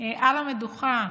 על המדוכה,